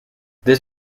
this